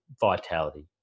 vitality